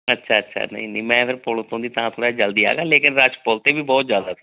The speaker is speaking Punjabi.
ਅੱਛਾ ਅੱਛਾ ਨਹੀਂ ਨਹੀਂ ਮੈਂ ਫਿਰ ਪੁੱਲ ਉੱਤੋਂ ਦੀ ਤਾਂ ਥੋੜ੍ਹਾ ਜਿਹਾ ਜਲਦੀ ਆ ਗਿਆ ਲੇਕਿਨ ਰਸ਼ ਪੁੱਲ 'ਤੇ ਵੀ ਬਹੁਤ ਜ਼ਿਆਦਾ ਸੀ